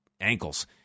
ankles